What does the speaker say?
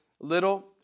Little